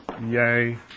yay